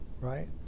right